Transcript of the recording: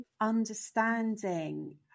understanding